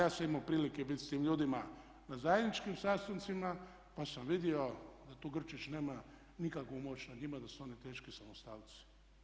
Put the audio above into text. Ja sam imao prilike biti s tim ljudima na zajedničkim sastancima pa sam vidio da tu Grčić nema nikakvu moć nad njima, da su oni teški samostalci.